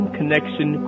Connection